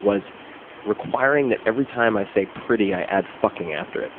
was requiring that every time i say pretty, i add fucking after it.